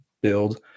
build